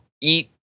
eat